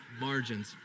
margins